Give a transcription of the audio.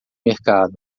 mercado